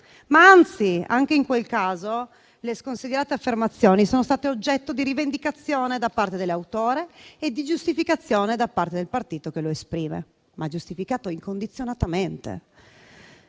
ma anzi, anche in quel caso, le sconsiderate affermazioni sono state oggetto di rivendicazione da parte dell'autore e di giustificazione da parte del partito che lo esprime, ma giustificato incondizionatamente.